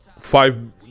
five